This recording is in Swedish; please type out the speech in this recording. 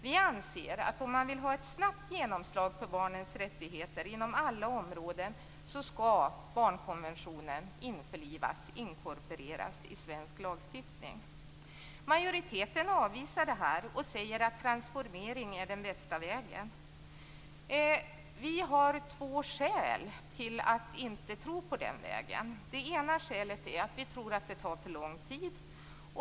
Vi anser att om man vill ha ett snabbt genomslag för barnens rättigheter inom alla områden skall barnkonventionen införlivas, inkorporeras, i svensk lagstiftning. Majoriteten avvisar detta och säger att transformering är den bästa vägen. Vi har två skäl till att inte tro på den vägen. Det ena skälet är att vi tror att det tar för lång tid.